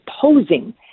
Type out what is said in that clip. posing